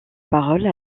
parole